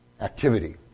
activity